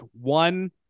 one